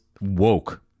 woke